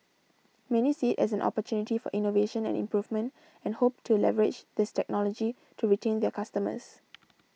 many see as an opportunity for innovation and improvement and hope to leverage this technology to retain their customers